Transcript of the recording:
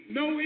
no